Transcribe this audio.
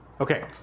Okay